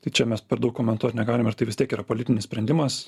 tai čia mes per daug komentuot negalim ir tai vis tiek yra politinis sprendimas